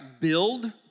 build